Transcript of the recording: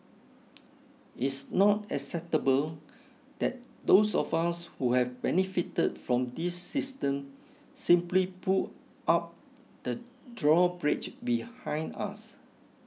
it's not acceptable that those of us who have benefited from this system simply pull up the drawbridge behind us